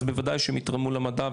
אז בוודאי שהם יתרמו למדע,